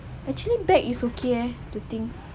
actually bag is okay to think